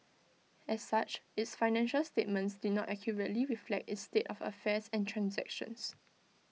as such its financial statements did not accurately reflect its state of affairs and transactions